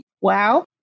wow